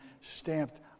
stamped